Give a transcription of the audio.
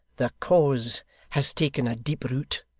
the cause has taken a deep root,